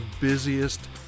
busiest